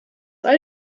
all